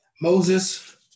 Moses